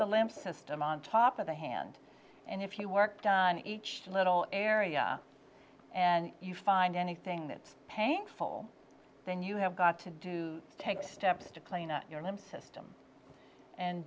the lymph system on top of the hand and if you worked on each little area and you find anything that's painful then you have got to do take steps to clean up your lymph system and